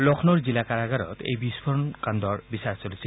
লক্ষ্ণৌৰ জিলা কাৰাগাৰত এই বিস্ফোণৰ কাণ্ডৰ বিচাৰ চলিছিল